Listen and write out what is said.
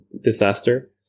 disaster